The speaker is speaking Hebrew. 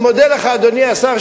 אדוני השר,